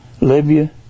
Libya